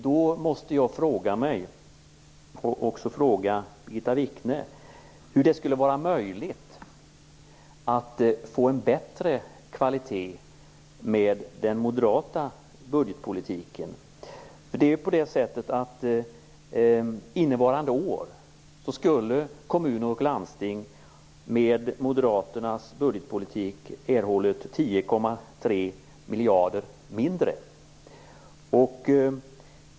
Då måste jag fråga mig, och också fråga Birgitta Wichne, hur det skulle kunna vara möjligt att få en bättre kvalitet med den moderata budgetpolitiken. Med moderaternas budgetpolitik hade ju kommuner och landsting innevarande år erhållit 10,3 miljarder kronor mindre.